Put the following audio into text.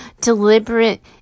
deliberate